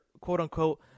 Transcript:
quote-unquote